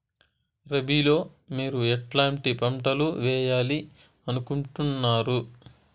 రబిలో మీరు ఎట్లాంటి పంటలు వేయాలి అనుకుంటున్నారు?